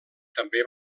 també